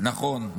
נכון.